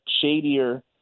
shadier